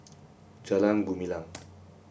Jalan Gumilang